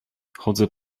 chodzę